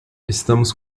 estamos